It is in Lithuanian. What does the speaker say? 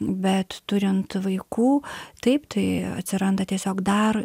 bet turint vaikų taip tai atsiranda tiesiog dar